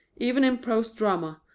even in prose drama,